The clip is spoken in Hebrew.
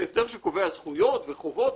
זה הסדר שקובע זכויות וחובות,